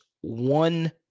one